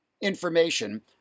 information